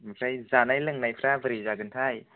ओमफ्राय जानाय लोंनायफ्रा बोरै जागोनथाय